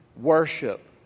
worship